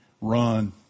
run